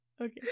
okay